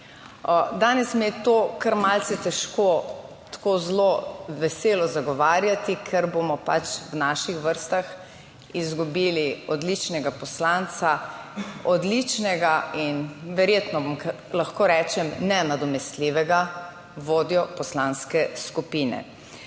Danes mi je to kar malce težko, tako zelo veselo zagovarjati, ker bomo pač v naših vrstah izgubili odličnega poslanca, odličnega in verjetno vam lahko rečem nenadomestljivega vodjo poslanske skupine.